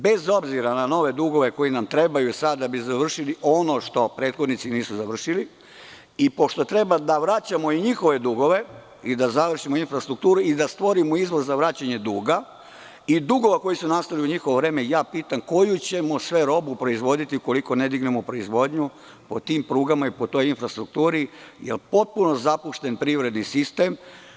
Bez obzira na nove dugove koji nam trebaju sada da bi završili ono što prethodnici nisu završili i pošto treba da vraćamo i njihove dugove i završimo infrastrukturu i stvorimo izvoz za vraćanje duga i dugova koji su nastali u njihovo vreme, pitam koju ćemo sve robu proizvoditi ukoliko ne dignemo proizvodnju po tim prugama i toj infrastrukturi jer je potpuno zapušten privredni sistem?